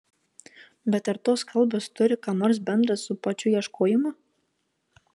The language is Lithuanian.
bet ar tos kalbos turi ką nors bendra su pačiu ieškojimu